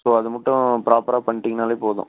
so அது மட்டும் ப்ராப்பராக பண்ணிட்டீங்கனாலே போதும்